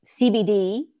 CBD